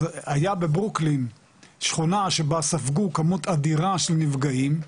אז היה בברוקלין שכונה שבה ספגו כמות אדירה של נפגעים,